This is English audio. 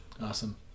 awesome